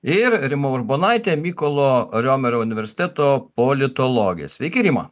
ir rima urbonaitė mykolo romerio universiteto politologė sveiki rima